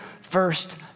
first